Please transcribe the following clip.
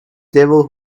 devil